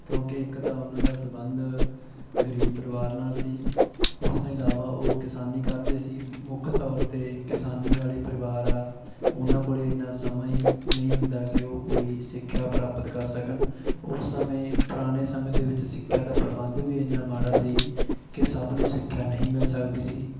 ਕਿਉਂਕਿ ਇੱਕ ਤਾਂ ਉਹਨਾਂ ਦਾ ਸੰਬੰਧ ਗਰੀਬ ਪਰਿਵਾਰ ਨਾਲ ਸੀ ਉਸ ਤੋਂ ਇਲਾਵਾ ਉਹ ਕਿਸਾਨੀ ਕਰਦੇ ਸੀ ਮੁੱਖ ਤੌਰ 'ਤੇ ਕਿਸਾਨੀ ਵਾਲੇ ਪਰਿਵਾਰ ਆ ਉਹਨਾਂ ਕੋਲ ਇੰਨਾ ਸਮਾਂ ਹੀ ਨਹੀਂ ਹੁੰਦਾ ਕਿ ਉਹ ਕੋਈ ਸਿੱਖਿਆ ਪ੍ਰਾਪਤ ਕਰ ਸਕਣ ਉਸ ਸਮੇਂ ਪੁਰਾਣੇ ਸਮੇਂ ਦੇ ਵਿੱਚ ਸਿੱਖਿਆ ਦਾ ਪ੍ਰਬੰਧ ਵੀ ਇੰਨਾ ਮਾੜਾ ਸੀ ਕਿ ਸਭ ਨੂੰ ਸਿੱਖਿਆ ਨਹੀਂ ਮਿਲ ਸਕਦੀ ਸੀ